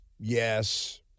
yes